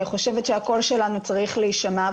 אני חושבת שהקול שלנו צריך להישמע,